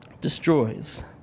destroys